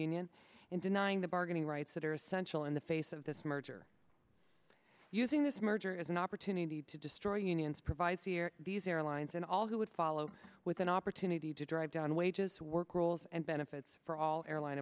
union and denying the bargaining rights that are essential in the face of this merger using this merger as an opportunity to destroy unions provides here these airlines and all who would follow with an opportunity to drive down wages work rules and benefits for all airline